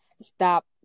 stop